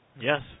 Yes